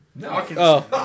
No